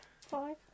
Five